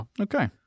Okay